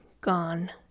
gone